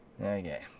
Okay